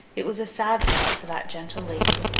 it was a sad thought for that gentle lady,